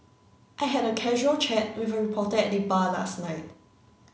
I had a casual chat with a reporter at the bar last night